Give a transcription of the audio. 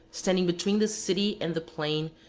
standing between the city and the plain,